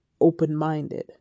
open-minded